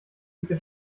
dicke